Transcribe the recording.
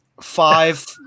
five